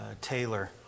Taylor